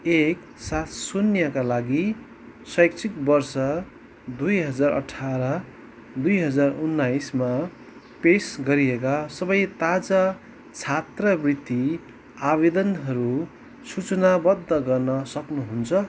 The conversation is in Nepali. एक सात शून्यका लागि शैक्षिक वर्ष दुई हजार अठाह्र दुई हजार उन्नाइसमा पेस गरिएका सबै ताजा छात्रवृत्ति आवेदनहरू सूचनाबद्ध गर्न सक्नुहुन्छ